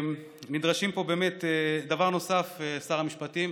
נדרשים פה באמת, דבר נוסף, שר המשפטים,